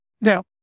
Now